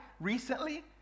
recently